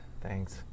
Thanks